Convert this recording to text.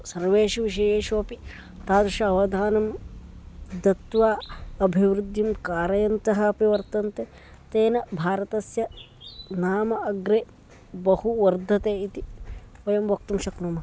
सर्वेषु विषयेषु अपि तादृशम् अवधानं दत्वा अभिवृद्धिं कारयन्तः अपि वर्तन्ते तेन भारतस्य नाम अग्रे बहु वर्धते इति वयं वक्तुं शक्नुमः